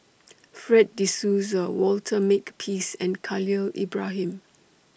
Fred De Souza Walter Makepeace and Khalil Ibrahim